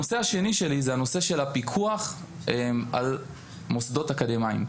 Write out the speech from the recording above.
הנושא השני שלי זה הנושא של הפיקוח על המוסדות האקדמיים.